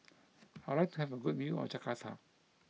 I would like to have a good view of Jakarta